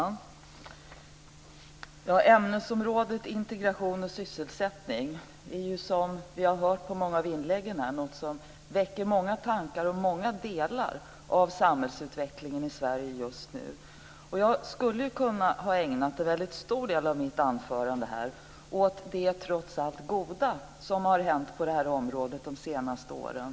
Fru talman! Ämnesområdet Integration och sysselsättning är, som vi har hört i många av inläggen, något som väcker många tankar och berör många delar av samhällsutvecklingen just nu. Jag skulle ha kunnat ägna en stor del av mitt anförande här åt det goda som trots allt har hänt på det här området de senaste åren.